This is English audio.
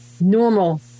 normal